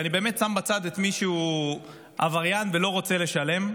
ואני באמת שם בצד את מי שהוא עבריין ולא רוצה לשלם.